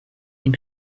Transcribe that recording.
dem